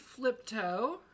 Fliptoe